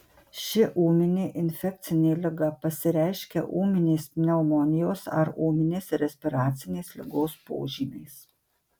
ši ūminė infekcinė liga pasireiškia ūminės pneumonijos ar ūminės respiracinės ligos požymiais